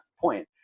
point